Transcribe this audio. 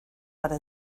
para